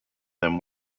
them